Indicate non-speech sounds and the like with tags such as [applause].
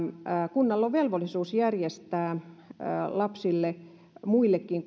kunnalla on velvollisuus järjestää varhaiskasvatusta muillekin [unintelligible]